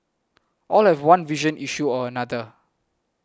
all have one vision issue or another